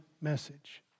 message